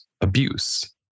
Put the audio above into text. abuse